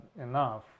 enough